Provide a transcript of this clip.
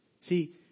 See